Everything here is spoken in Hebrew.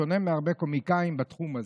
בשונה מהרבה קומיקאים בתחום הזה.